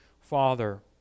father